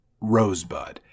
Rosebud